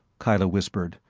kyla whispered,